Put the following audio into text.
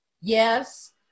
Yes